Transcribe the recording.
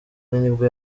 nibwo